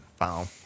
Wow